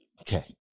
Okay